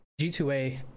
g2a